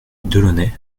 delaunay